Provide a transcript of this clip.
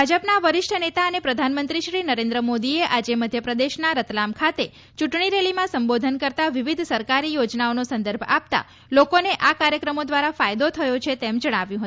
ભાજપના વરિષ્ઠ નેતા અને પ્રધાનમંત્રી શ્રી નરેન્દ્ર મોદીએ આજે મધ્યપ્રદેશના રતલામ ખાતે ચૂંટણીરેલીમાં સંબોધન કરતાં વિવિધ સરકારી યોજનાઓનો સંદર્ભ આપતા લોકોને આ કાર્યક્રમો દ્વારા ફાયદો થયો છે તેમ જણાવ્યું હતું